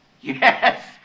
Yes